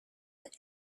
that